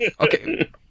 okay